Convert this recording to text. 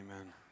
Amen